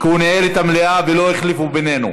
כי הוא ניהל את המליאה ולא החליפו בינינו.